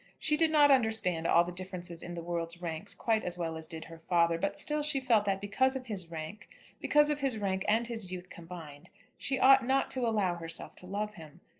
she did not understand all the differences in the world's ranks quite as well as did her father, but still she felt that because of his rank because of his rank and his youth combined she ought not to allow herself to love him.